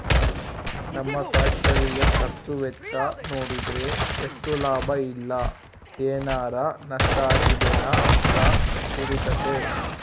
ನಮ್ಮ ಫ್ಯಾಕ್ಟರಿಯ ಖರ್ಚು ವೆಚ್ಚ ನೋಡಿದ್ರೆ ಎಷ್ಟು ಲಾಭ ಇಲ್ಲ ಏನಾರಾ ನಷ್ಟ ಆಗಿದೆನ ಅಂತ ತಿಳಿತತೆ